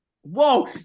Whoa